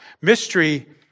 Mystery